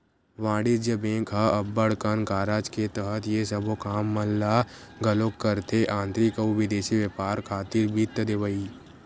वाणिज्य बेंक ह अब्बड़ कन कारज के तहत ये सबो काम मन ल घलोक करथे आंतरिक अउ बिदेसी बेपार खातिर वित्त देवई